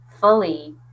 fully